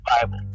Bible